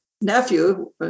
nephew